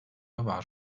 var